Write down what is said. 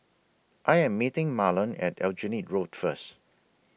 I Am meeting Marlen At Aljunied Road First